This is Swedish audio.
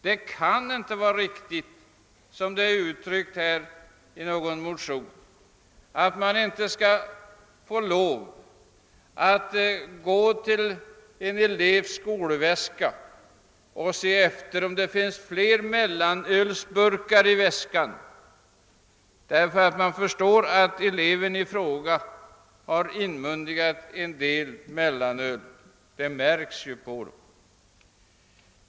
Det kan inte vara riktigt, som saken har uttryckts i någon motion, att läraren inte skall få lov att gå till en elevs skolväska och se efter, om det finns fler mellanölsbur kar i väskan, när man har märkt på uppträdandet att eleven i fråga redan har inmundigat en hel del mellanöl.